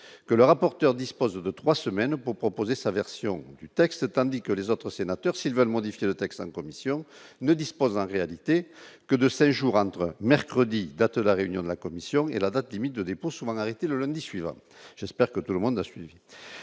que le rapporteur dispose de 3 semaines pour proposer sa version du texte, tandis que les autres sénateurs, s'ils veulent modifier le texte commission ne dispose en réalité que de séjour entre mercredi, date de la réunion de la commission et la date limite de dépôt souvent arrêter le lundi suivant, j'espère que tout le monde a suivi,